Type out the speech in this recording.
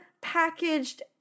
packaged